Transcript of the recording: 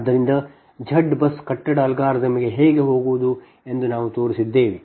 ಆದ್ದರಿಂದ ಮತ್ತು Z BUS ಕಟ್ಟಡ ಅಲ್ಗಾರಿದಮ್ಗೆ ಹೇಗೆ ಹೋಗುವುದು ಎಂದು ನಾವು ತೋರಿಸಿದ್ದೇವೆ